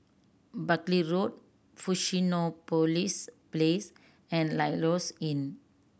Buckley Road Fusionopolis police Place and Lloyds Inn